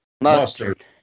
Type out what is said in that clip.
Mustard